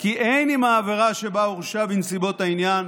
כי אין עם העבירה שבה הורשע בנסיבות העניין